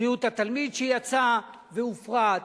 בריאות התלמיד שיצא והופרט,